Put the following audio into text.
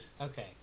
Okay